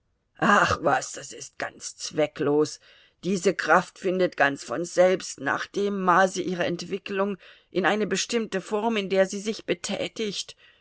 ach was das ist ganz zwecklos diese kraft findet ganz von selbst nach dem maße ihrer entwickelung eine bestimmte form in der sie sich betätigt